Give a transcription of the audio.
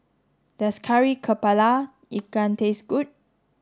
does Kari Kepala Ikan taste good